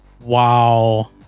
Wow